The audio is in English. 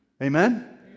Amen